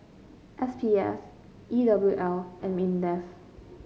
S P F E W L and Mindef